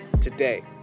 Today